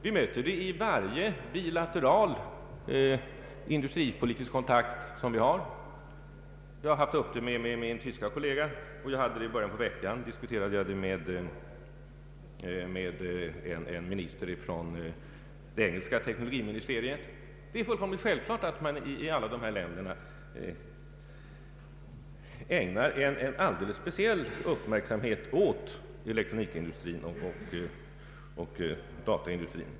Vi möter det i varje bilateral industripolitisk kontakt som vi har. Jag har behandlat problemet med min tyske kollega, och jag disku terade det i början av veckan med ministern för det engelska teknologiministeriet. Det är fullständigt självklart att man i alla dessa länder ägnar en alldeles speciell uppmärksamhet åt elektronikindustrin och dataindustrin.